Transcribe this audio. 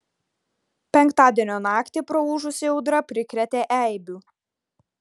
penktadienio naktį praūžusi audra prikrėtė eibių